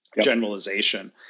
generalization